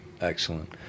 Excellent